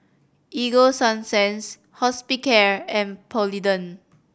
Ego Sunsense Hospicare and Polident